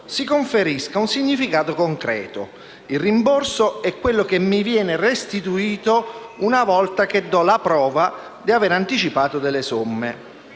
si conferisca un significato concreto: il rimborso è quello che mi viene restituito una volta che do la prova di aver anticipato delle somme